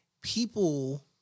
people